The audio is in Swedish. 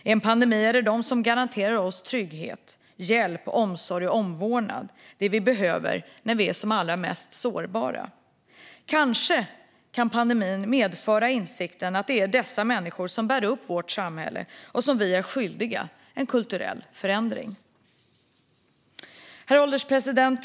I en pandemi är det de som garanterar oss trygghet, hjälp, omsorg och omvårdnad - det vi behöver när vi är som allra mest sårbara. Kanske kan pandemin medföra insikten att det är dessa människor som bär upp vårt samhälle och som vi är skyldiga en kulturell förändring. Herr ålderspresident!